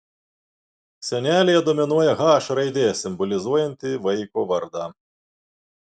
sienelėje dominuoja h raidė simbolizuojanti vaiko vardą